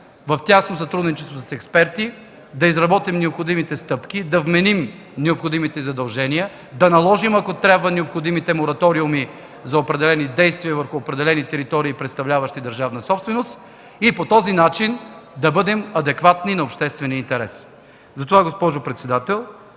в тясно сътрудничество с експерти да изработим необходимите стъпки, да вменим необходимите задължения, да наложим, ако трябва, необходимите мораториуми за определени действия върху определени територии, представляващи държавна собственост, и по този начин да бъдем адекватни на обществения интерес. Госпожо председател,